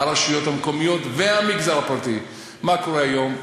הרשויות המקומיות והמגזר הפרטי מה קורה היום?